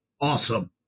awesome